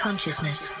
Consciousness